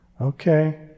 okay